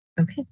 Okay